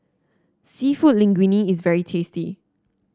seafood Linguine is very tasty